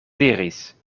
diris